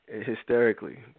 hysterically